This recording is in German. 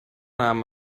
nahm